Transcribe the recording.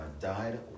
died